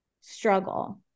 struggle